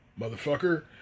motherfucker